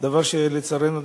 דבר שלצערנו,